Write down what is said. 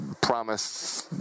promise